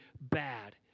bad